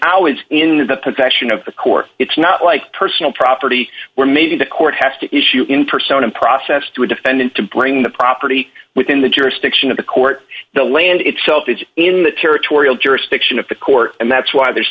is in the possession of the court it's not like personal property we're made into court has to issue in persona process to a defendant to bring the property within the jurisdiction of the court the land itself is in the territorial jurisdiction of the court and that's why there's